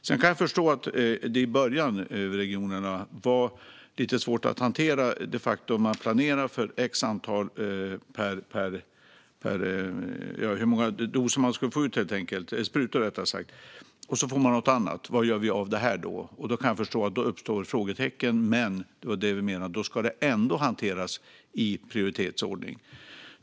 Sedan kan jag förstå att det i början i regionerna var lite svårt att hantera det faktum att man planerat för ett visst antal doser eller sprutor som man kunde få ut men fick något annat. Vad gör vi av det här då? Jag kan förstå att det då uppstår frågetecken, men vi menar att det ändå ska hanteras i prioritetsordning.